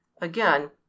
again